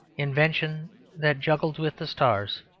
invention that juggled with the stars.